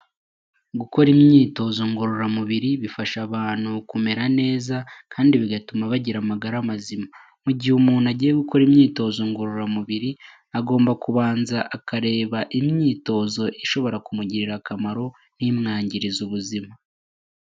Gukora imyitozo nkorora mubiri bifasha abantu kumera neza kandi bigatuma bagira amagara mazima; mu gihe umuntu agiye gukora imyitozo nkororamubiri agomba kubanza akareba imyitozo ishobora kumugirira akamaro ntimwangirize ubuzima.